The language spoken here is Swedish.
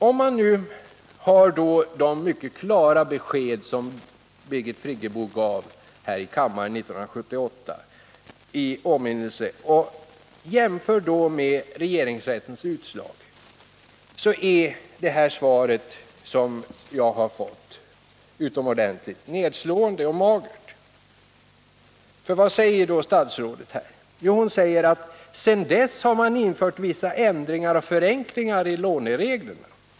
Om man har det mycket klara besked som Birgit Friggebo gav här i kammaren 1978 i åminnelse och jämför det med regeringsrättens utslag och interpellationssvaret, finner man att det svar som jag har fått i dag är utomordentligt nedslående och magert. Vad säger då statsrådet i sitt svar? Jo, hon säger bl.a.: ”För att underlätta bildandet av bostadsrättsföreningar har därefter genomförts vissa ändringar och förenklingar i lånereglerna.